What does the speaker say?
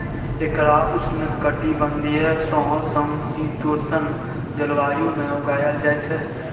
एकरा उष्णकटिबंधीय सं समशीतोष्ण जलवायु मे उगायल जाइ छै